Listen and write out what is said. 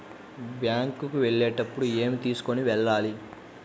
Bank కు వెళ్ళేటప్పుడు ఏమి తీసుకొని వెళ్ళాలి?